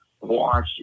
watch